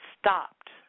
stopped